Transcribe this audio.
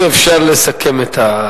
אם אפשר לסכם את,